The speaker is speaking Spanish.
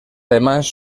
además